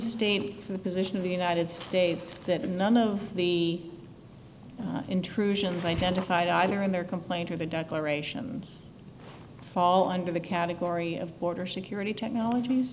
state the position of the united states that none of the intrusions identified either in their complaint or the declarations fall under the category of border security technologies